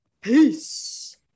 Peace